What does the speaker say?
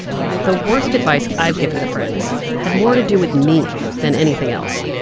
the worst advice i've given to friends had more to do with me than anything else.